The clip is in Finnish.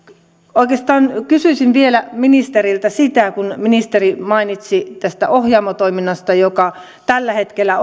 oikeastaan kysyisin ministeriltä vielä ministeri mainitsi tästä ohjaamo toiminnasta joka tällä hetkellä